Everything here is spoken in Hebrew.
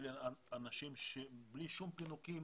אלה אנשים שבלי שום פינוקים